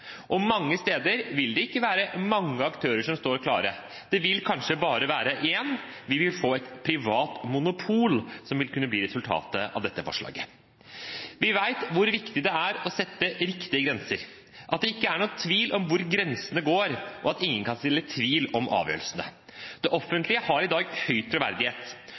det ikke være mange aktører som står klare, det vil kanskje bare være én. Vi vil få et privat monopol, som vil kunne bli resultatet av dette forslaget. Vi vet hvor viktig det er å sette riktige grenser, at det ikke er noen tvil om hvor grensene går, og at ingen kan så tvil om avgjørelsene. Det offentlige har i dag